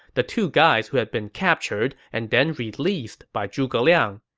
the two guys who had been captured and then released by zhuge liang.